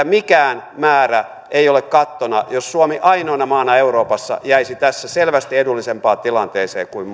mikään määrä ei ole kattona jos suomi ainoana maana euroopassa jäisi tässä selvästi edullisempaan tilanteeseen kuin